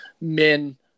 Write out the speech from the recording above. men